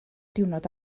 diwrnod